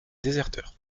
déserteur